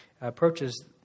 approaches